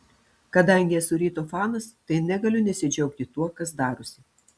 kadangi esu ryto fanas tai negaliu nesidžiaugti tuo kas darosi